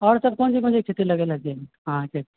आओर सभ कोन चीज कोन चीजके खेती लगले छियै अहाँके